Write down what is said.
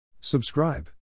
Subscribe